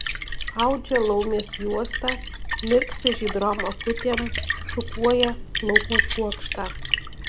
audžia laumės juostą mirksi žydrom akutėm šukuoja plaukų kuokštą